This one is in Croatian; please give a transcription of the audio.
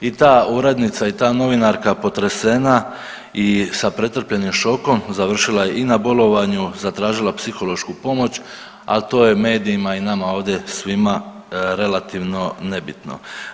I ta urednica i ta novinarka potresena i sa pretrpljenim šokom završila je i na bolovanju, zatražila psihološku pomoć, ali to je medijima i nama ovdje svima relativno nebitno.